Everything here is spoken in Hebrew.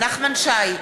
נחמן שי,